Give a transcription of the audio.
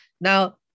Now